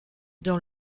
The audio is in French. dans